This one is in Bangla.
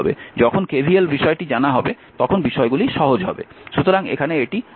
যখন KVL বিষয়টি জানা হবে তখন বিষয়গুলি সহজ হবে